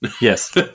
yes